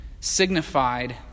signified